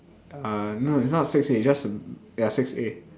uh no it's not six a it's just ya six a